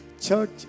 church